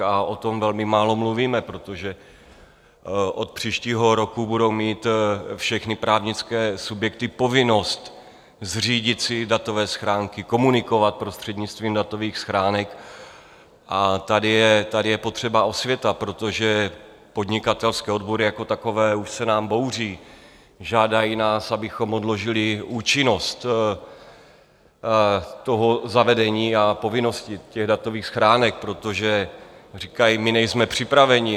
A o tom velmi málo mluvíme, protože od příštího roku budou mít všechny právnické subjekty povinnost zřídit si datové schránky, komunikovat prostřednictvím datových schránek, a tady je tady je potřeba osvěta, protože podnikatelské odbory jako takové už se nám bouří, žádají nás, abychom odložili účinnost toho zavedení a povinnosti datových schránek, protože říkají: My nejsme připraveni.